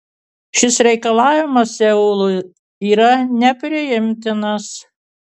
šis reikalavimas seului yra nepriimtinas